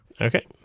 Okay